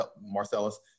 Marcellus